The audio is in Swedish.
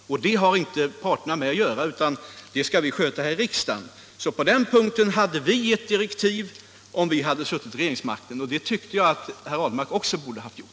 Den skall inte parterna förhandla om utan den saken skall vi sköta här i riksdagen. På den punkten hade vi gett direktiv om vi hade suttit med regeringsansvaret, och det tyckte jag att herr Ahlmark också borde ha gjort.